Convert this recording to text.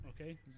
Okay